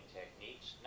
techniques